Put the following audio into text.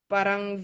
Parang